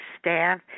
staff